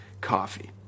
coffee